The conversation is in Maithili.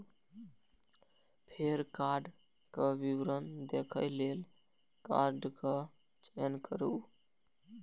फेर कार्डक विवरण देखै लेल कार्डक चयन करू